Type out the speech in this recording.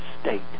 state